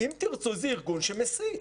"אם תרצו" זה ארגון שמסית